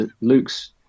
Luke's